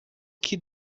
que